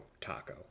taco